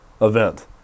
event